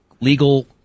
legal